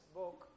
book